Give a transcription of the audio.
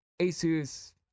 Asus